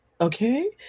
okay